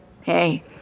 Hey